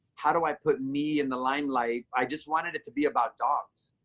how do i put me in the limelight? i just wanted it to be about dogs.